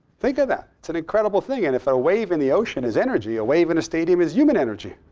think of that. it's an incredible thing. and if i wave in the ocean is energy, a wave in a stadium is human energy.